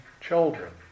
children